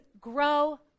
grow